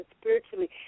spiritually